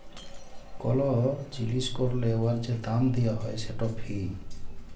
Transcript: call জিলিস ক্যরলে উয়ার যে দাম দিয়া হ্যয় সেট ফি